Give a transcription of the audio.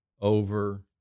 over